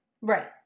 right